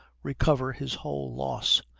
recover his whole loss.